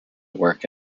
work